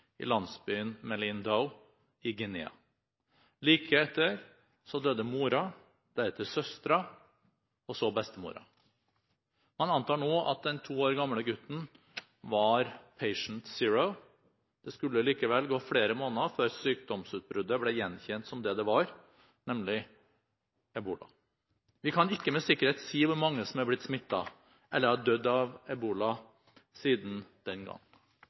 i landsbyen Meliandou i Guinea. Like etter døde moren, deretter søsteren og så bestemoren. Man antar nå at den to år gamle gutten var «patient zero». Det skulle likevel gå flere måneder før sykdomsutbruddet ble gjenkjent som det det var, nemlig ebola. Vi kan ikke med sikkerhet si hvor mange som er blitt smittet eller har dødd av ebola siden den gang.